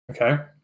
Okay